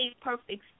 perfect